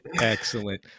Excellent